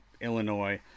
illinois